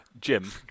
Jim